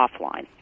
offline